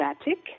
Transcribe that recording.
static